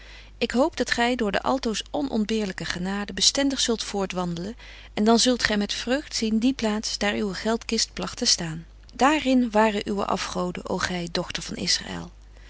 ik hoop dat gy door de altoos onöntbeerlyke genade bestendig zult voortwandelen en dan zult gy met vreugd zien die plaats daar uwe geldkist plagt te staan daar in waren uwe afgoden ô gy dochter van